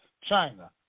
China